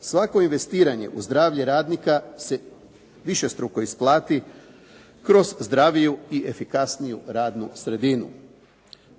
Svako investiranje u zdravlje radnika se višestruko isplati kroz zdraviju i efikasniju radnu sredinu.